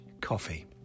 coffee